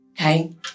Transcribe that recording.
Okay